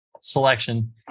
selection